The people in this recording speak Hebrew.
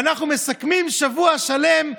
ואנחנו מסכמים שבוע שלם,